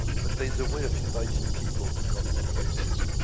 but there is a way of inviting people to come to places.